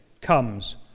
comes